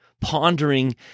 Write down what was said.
pondering